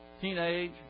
teenage